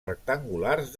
rectangulars